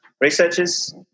researchers